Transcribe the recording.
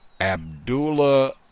Abdullah